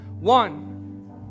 One